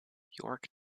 york